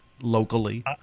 locally